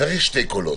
צריך שני קולות.